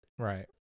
Right